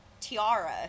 tiara